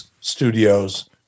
studios